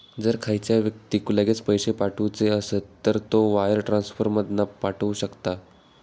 जर खयच्या व्यक्तिक लगेच पैशे पाठवुचे असत तर तो वायर ट्रांसफर मधना पाठवु शकता